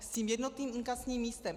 S tím jednotným inkasním místem.